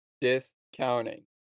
Discounting